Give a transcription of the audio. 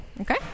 Okay